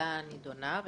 לשאלה הנידונה.